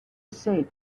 safe